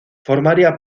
formaría